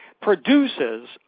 produces